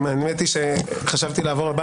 האמת שחשבתי לעבור לבא.